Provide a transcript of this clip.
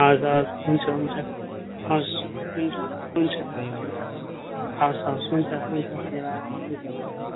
हवस् हवस् हुन्छ हुन्छ हस् हुन्छ हुन्छ हुन्छ हुन्छ हस् हस् हुन्छ हुन्छ धन्यवाद हुन्छ हुन्छ हुन्छ